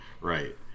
Right